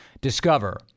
Discover